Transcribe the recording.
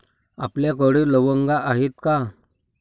आपल्याकडे लवंगा आहेत का?